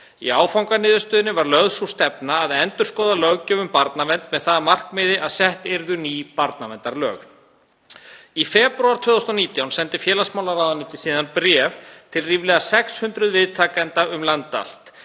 Í áfanganiðurstöðunni var mörkuð sú stefna að endurskoða löggjöf um barnavernd með það að markmiði að sett yrðu ný barnaverndarlög. Í febrúar 2019 sendi félagsmálaráðuneytið síðan bréf til ríflega 600 viðtakenda um land allt